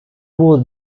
would